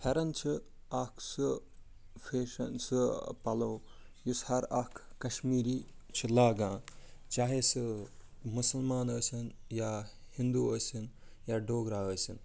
فیرَن چھُ اکھ سُہ فیشَن سُہ پَلو یُس ہر اکھ کَشمیٖری چھُ لاگان چاہے سُہ مُسَلمان ٲسِنۍ یا ہِندو ٲسِنۍ یا ڈوگرا ٲسِنۍ